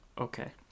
Okay